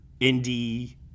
indie